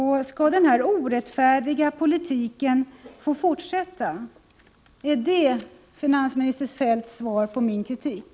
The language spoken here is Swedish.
Skall denna orättfärdiga politik få fortsätta? Är detta finansminister Feldts svar på min kritik?